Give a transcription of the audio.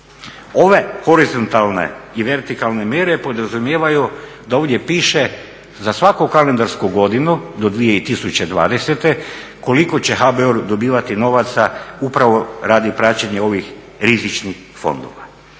Ove horizontalne i vertikalne mjere podrazumijevaju da ovdje piše za svaku kalendarsku godinu do 2020. koliko će HBOR dobivati novaca upravo radi praćenja ovih rizičnih fondova.